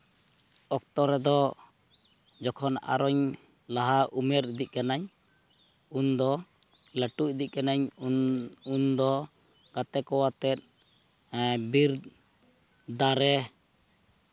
ᱚᱠᱛᱚ ᱨᱮᱫᱚ ᱡᱚᱠᱷᱚᱱ ᱟᱨᱚᱧ ᱞᱟᱦᱟ ᱩᱢᱮᱨ ᱤᱫᱤᱜ ᱠᱟᱱᱟᱧ ᱩᱱᱫᱚ ᱞᱟᱹᱴᱩ ᱤᱫᱤᱜ ᱠᱟᱱᱟᱧ ᱩᱱᱫᱚ ᱜᱟᱛᱮ ᱠᱚ ᱟᱛᱮᱜ ᱵᱤᱨ ᱫᱟᱨᱮ